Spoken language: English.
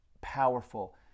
powerful